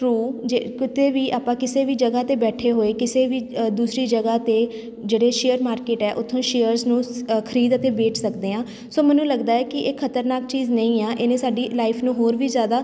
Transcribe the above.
through ਜੇ ਕਿਤੇ ਵੀ ਆਪਾਂ ਕਿਸੇ ਵੀ ਜਗ੍ਹਾ 'ਤੇ ਬੈਠੇ ਹੋਏ ਕਿਸੇ ਵੀ ਅ ਦੂਸਰੀ ਜਗ੍ਹਾ 'ਤੇ ਜਿਹੜੇ ਸ਼ੇਅਰ ਮਾਰਕੀਟ ਹੈ ਉੱਥੋਂ ਸ਼ੇਅਰਸ ਨੂੰ ਸ ਖਰੀਦ ਅਤੇ ਵੇਚ ਸਕਦੇ ਹਾਂ ਸੋ ਮੈਨੂੰ ਲੱਗਦਾ ਕਿ ਇਹ ਖਤਰਨਾਕ ਚੀਜ਼ ਨਹੀਂ ਆ ਇਹਨੇ ਸਾਡੀ ਲਾਈਫ਼ ਨੂੰ ਹੋਰ ਵੀ ਜ਼ਿਆਦਾ